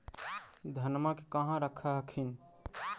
धनमा के कहा रख हखिन?